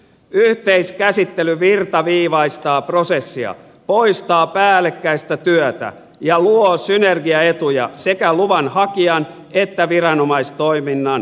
yhteiskäsittely virtaviivaistaa prosessia poistaa päällekkäistä työtä ja luo synergiaetuja sekä luvan hakijan että viranomaistoiminnan osalta